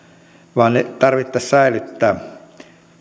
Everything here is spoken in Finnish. vaan ne tarvitsisi säilyttää